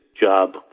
job